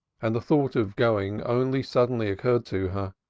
and the thought of going only suddenly occurred to her.